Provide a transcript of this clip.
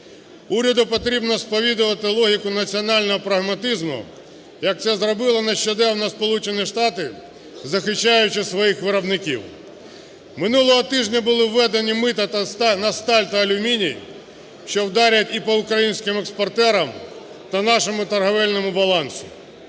Уряду потрібно сповідувати логіку національного прагматизму, як це зробили нещодавно Сполучені Штати, захищаючи своїх виробників. Минулого тижня були введені мита на сталь та алюміній, що вдарять по українським експортерам та нашому торгівельному балансу.